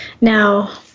now